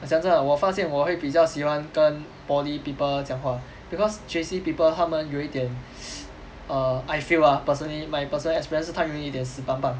ah 讲真的我发现我会比较喜欢跟 poly people 讲话 because J_C people 他们有一点 err I feel ah personally my personal experience 是他们有一点死板板